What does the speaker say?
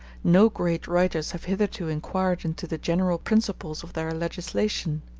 no great writers have hitherto inquired into the general principles of their legislation.